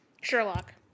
Sherlock